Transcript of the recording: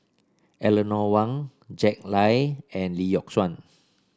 Eleanor Wong Jack Lai and Lee Yock Suan